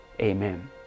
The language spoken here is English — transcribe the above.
Amen